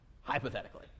hypothetically